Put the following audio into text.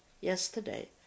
yesterday